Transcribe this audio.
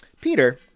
Peter